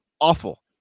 awful